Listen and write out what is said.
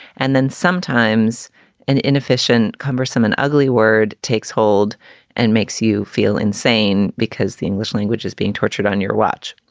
and then sometimes an inefficient, cumbersome and ugly word takes hold and makes you feel insane because the english language is being tortured on your watch.